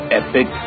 epic